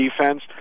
defense